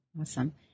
Awesome